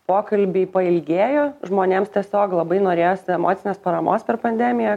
pokalbiai pailgėjo žmonėms tiesiog labai norėjosi emocinės paramos per pandemiją